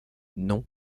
non